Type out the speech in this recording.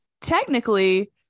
technically